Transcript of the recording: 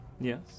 Yes